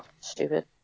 stupid